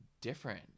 different